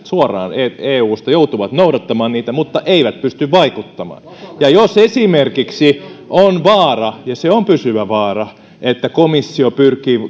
suoraan eusta joutuvat noudattamaan niitä mutta eivät pysty vaikuttamaan ja jos esimerkiksi on vaara ja se on pysyvä vaara että komissio pyrkii